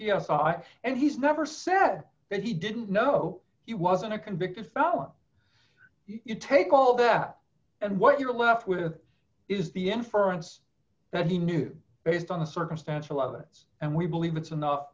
i and he's never said that he didn't know he wasn't a convicted felon you take all that and what you're left with is the inference that he knew based on circumstantial evidence and we believe it's enough